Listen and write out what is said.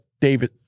David